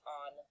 on